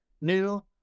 new